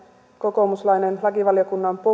kokoomuslainen lakivaliokunnan